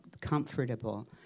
comfortable